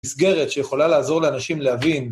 מסגרת שיכולה לעזור לאנשים להבין.